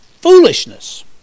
foolishness